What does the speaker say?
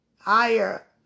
higher